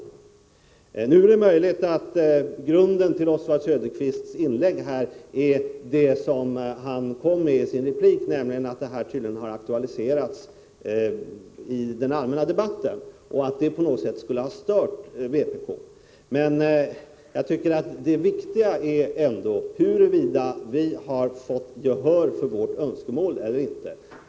Det är möjligt att grunden till Oswald Söderqvists inlägg är det som han tog uppi sin replik, nämligen att detta har aktualiserats i den allmänna debatten, och att detta på något sätt har stört vpk. Men jag tycker ändå att det viktiga är huruvida vi har fått gehör för vårt önskemål eller inte.